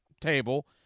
table